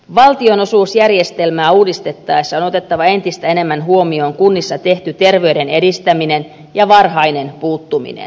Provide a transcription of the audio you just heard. valtionosuusjärjestelmää uudistettaessa on otettava entistä enemmän huomioon kunnissa tehty terveyden edistäminen ja varhainen puuttuminen